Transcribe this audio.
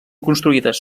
construïdes